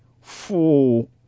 full